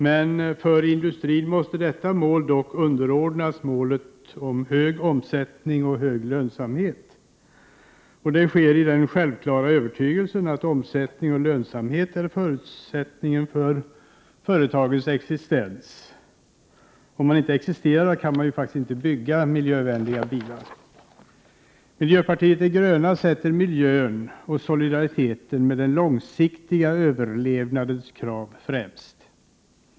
Men för industrin måste detta mål dock underordnas målet hög omsättning och hög lönsamhet. Det sker i den självklara övertygelsen att omsättning och lönsamhet är förutsättningen för företagens existens. Om man inte existerar kan man ju faktiskt inte bygga miljövänliga bilar. Miljöpartiet de gröna sätter miljön och solidariteten med den långsiktiga överlevnadens krav främst.